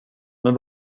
men